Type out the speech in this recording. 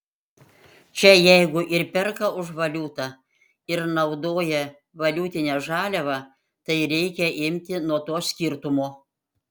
čia jeigu ir perka už valiutą ir naudoja valiutinę žaliavą tai reikia imti nuo to skirtumo